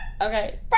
Okay